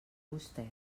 vostè